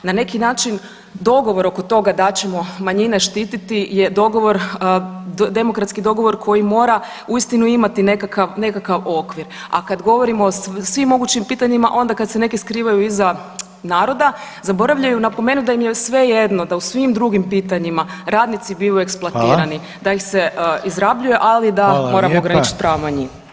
Na neki način dogovor oko toga da ćemo manjine štititi je dogovor demokratski dogovor koji mora uistinu imati nekakav okvir, a kad govorimo o svim mogućim pitanjima, onda kada se neki skrivaju iza naroda zaboravljaju napomenut da im je svejedno, da u svim drugim pitanjima radnici bivaju [[Upadica Reiner: Hvala.]] eksploatirani, da ih se izrabljuje, ali da moramo ograničiti prava manjina.